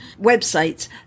websites